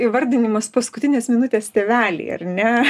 įvardinimas paskutinės minutės tėveliai ar ne